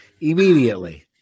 immediately